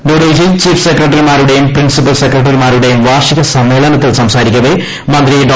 ന്യൂഡൽഹിയിൽ ചീഫ് സെക്രട്ടറിമാരുടെട്ടിയും പ്രിൻസിപ്പൽ സെക്രട്ടറിമാരുടെയും വാർഷിക സമ്മേളനത്തിൽ സംസാരിക്കവെ മന്ത്രി ഡോ